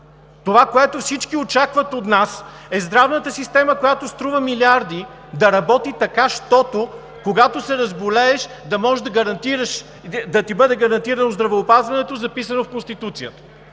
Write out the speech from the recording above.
Това, което всички очакват от нас, е здравната системата, която струва милиарди, да работи така, щото, когато се разболееш да ти бъде гарантирано здравеопазването, записано в Конституцията.